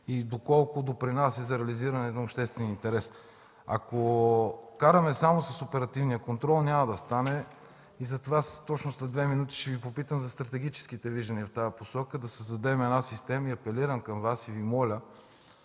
и доколко допринася за реализиране на обществения интерес. Ако караме само с оперативния контрол – няма да стане. Затова точно след 2 минути ще Ви попитам за стратегическите виждания в тази посока – да създадем система. Апелирам към Вас и Ви моля